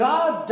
God